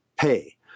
pay